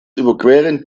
überqueren